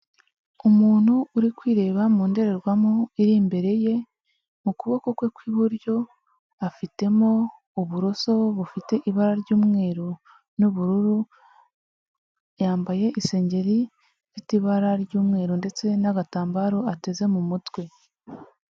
Umuntu uri kwireba mu ndorerwamo iri imbere ye, mu kuboko kwe kw'iburyo afitemo uburoso bufite ibara ry'umweru n'ubururu, yambaye isengeri ifite ibara ry'umweru ndetse n'agatambaro ateze mu mutwe.